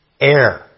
air